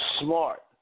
smart